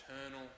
eternal